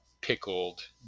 pickled